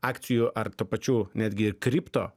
akcijų ar tapačių netgi kripto